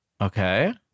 Okay